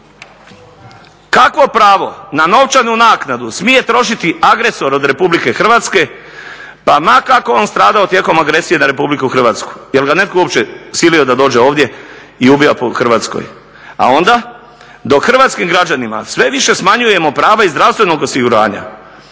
Kakvo pravo na novčanu naknadu smije trošiti agresor od Republike Hrvatske ma kako on stradao tijekom agresije na Republiku Hrvatsku. Jel' ga netko uopće silio da dođe ovdje i ubija po Hrvatskoj. A onda dok hrvatskim građanima sve više smanjujemo prava iz zdravstvenog osiguranja,